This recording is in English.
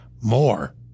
more